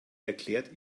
erklärt